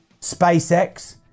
SpaceX